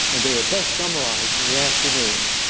and they were best summarized in the afternoon,